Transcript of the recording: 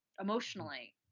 emotionally